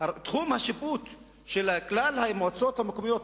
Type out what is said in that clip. תחום השיפוט של כלל המועצות המקומיות,